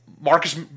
Marcus